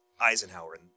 eisenhower